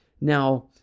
Now